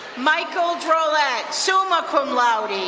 michael drollet, summa cum laude.